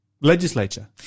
legislature